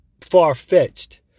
far-fetched